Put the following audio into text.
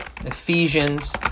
Ephesians